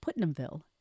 Putnamville